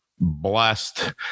blessed